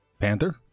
panther